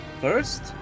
First